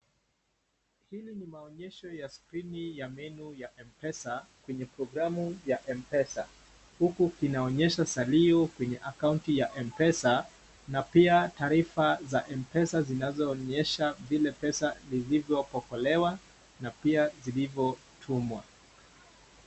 Hili ni maonyesho ya skrini ya menu ya mpesa kwenye programu ya mpesa huku kinaonyesha salio kwenye akaunti ya mpesa na pia taarifa za mpesa zinazoonyesha vile pesa zilivyokopolewa na pia zilivotumwa.